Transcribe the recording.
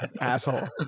asshole